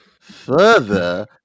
further